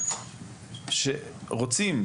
כמדינה יהודית,